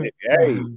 Hey